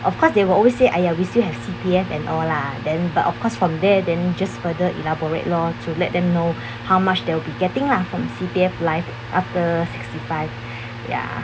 of course they will always say !aiya! we still have C_P_F and all lah then but of course from there then just further elaborate lor to let them know how much they'll be getting lah from C_P_F life after sixty five ya mm